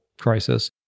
crisis